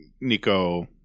Nico